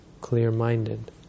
clear-minded